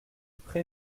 pré